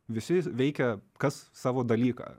visi veikia kas savo dalyką